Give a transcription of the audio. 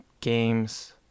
Games